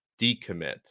decommit